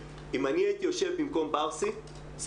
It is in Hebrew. אם אני הייתי במקום בר סימן טוב,